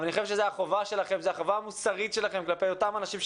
אבל אני חושב שזה החובה המוסרית שלכם כלפי אותם אנשים.